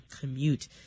commute